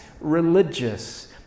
religious